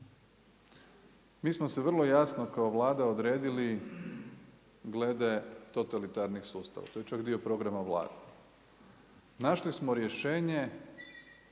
Mi smo se vrlo jasno kao Vlada odredili glede totalitarnih sustava, to je čak dio programa Vlade. Našli smo rješenje,